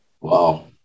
Wow